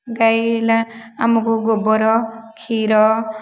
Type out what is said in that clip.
ଗାଈ ହେଲା ଆମକୁ ଗୋବର କ୍ଷୀର